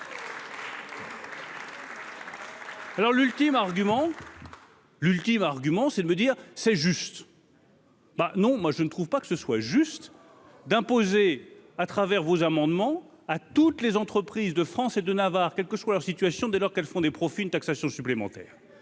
L'ultime argument c'est de me dire : c'est juste. Ben non moi je ne trouve pas que ce soit juste d'imposer à travers vos amendements à toutes les entreprises de France et de Navarre, quelle que soit leur situation dès lors qu'elles font des profits une taxation supplémentaire,